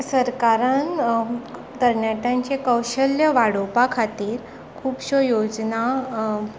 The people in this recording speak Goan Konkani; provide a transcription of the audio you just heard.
सरकारान तरणाट्यांचें कौशल्य वाडोवपा खातीर खुबश्यो योजना